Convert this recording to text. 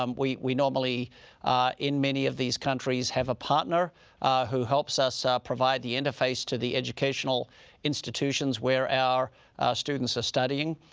um we we normally in many of these countries have a partner who helps us provide the interface to the educational institutions where our students are studying.